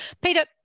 peter